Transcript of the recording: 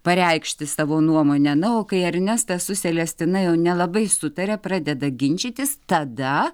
pareikšti savo nuomonę na o kai ernestas su selestina jau nelabai sutaria pradeda ginčytis tada